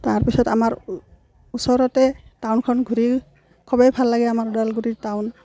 তাৰ পিছত আমাৰ ওচৰতে টাউনখন ঘূৰি খুবেই ভাল লাগে আমাৰ ওদালগুৰি টাউন